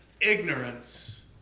ignorance